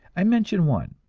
i mention one,